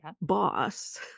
boss